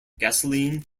gasoline